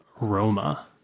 Roma